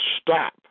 stop